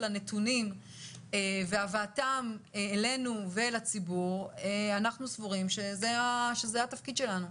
הנתונים והבאתם אלינו ולציבור אנחנו סבורים שזה התפקיד שלנו.